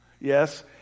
Yes